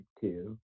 two